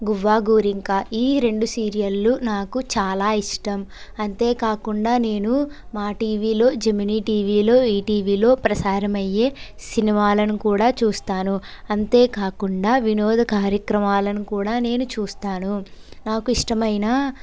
గువ్వా గోరింకా ఈ రెండు సీరియల్లు నాకు చాలా ఇష్టం అంతేకాకుండా నేను మాటీవీలో జెమినీ టీవీలో ఈటీవీలో ప్రసారమయ్యే సినిమాలను కూడా చూస్తాను అంతేకాకుండా వినోద కార్యక్రమాలను కూడా నేను చూస్తాను నాకు ఇష్టమైన